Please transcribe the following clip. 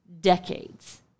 decades